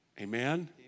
Amen